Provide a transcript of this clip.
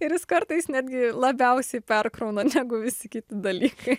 ir jis kartais netgi labiausiai perkrauna negu visi kiti dalykai